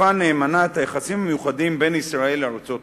שיקפה נאמנה את היחסים המיוחדים בין ישראל לארצות-הברית.